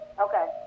Okay